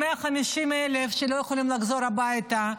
שלא יכולים לחזור הביתה.